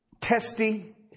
testy